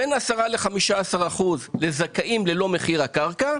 ובין 10% ל-15% לזכאים ללא מחיר הקרקע.